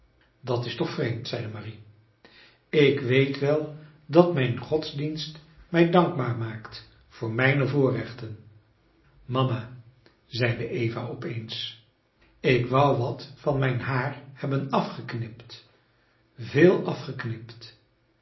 dat is toch vreemd zeide marie ik weet wel dat mijn godsdienst mij dankbaar maakt voor mijne voorrechten mama zeide eva op eens ik wou wat van mijn haar hebben afgeknipt veel afgeknipt